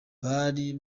bari